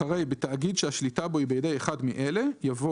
אחרי "בתאגיד שהשליטה בו היא בידי אחד מאלה:" יבוא